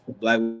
black